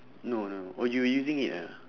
no no no oh you using it ah